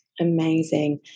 amazing